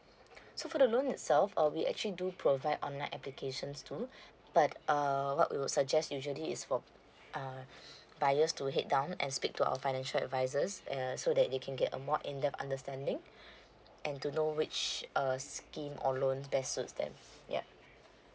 so for the loan itself uh we actually do provide online applications too but err what we would suggest usually is for uh buyers to head down and speak to our financial advisors err so that they can get a more in depth understanding and to know which uh scheme or loan best suits them ya